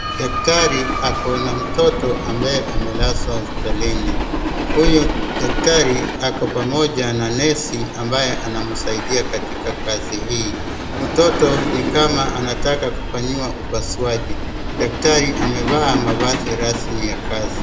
Daktari ako na mtoto ambaye amelazwa hosipitalini. Huyu daktari ako pamoja na nesi ambaye anamsaidia katika kazi hii. Mtoto ni kama anataka kufanyiwa upasuaji, daktari amevaa mavazi rasmi ya kazi.